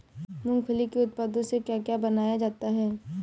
मूंगफली के उत्पादों से क्या क्या बनाया जाता है?